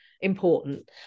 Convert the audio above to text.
important